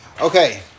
Okay